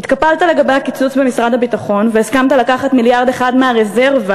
התקפלת לגבי הקיצוץ במשרד הביטחון והסכמת לקחת מיליארד אחד מהרזרבה,